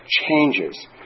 changes